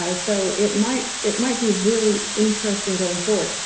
ah so it might it might be really interesting going forward.